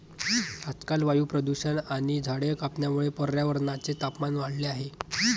आजकाल वायू प्रदूषण आणि झाडे कापण्यामुळे पर्यावरणाचे तापमान वाढले आहे